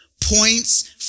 points